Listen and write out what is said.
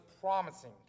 promising